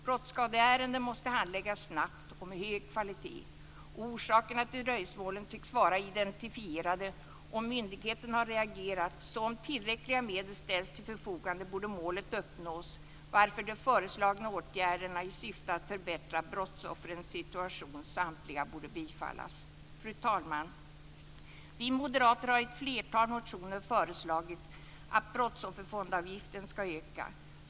Brottsskadeärenden måste handläggas snabbt och med hög kvalitet. Orsakerna till dröjsmålen tycks vara identifierade och myndigheterna har reagerat, så om tillräckliga medel ställs till förfogande borde målet uppnås, varför de föreslagna åtgärderna i syfte att förbättra brottsoffrens situation samtliga borde bifallas. Fru talman! Vi moderater har i ett flertal motioner föreslagit att brottsofferfondavgiften ska ökas.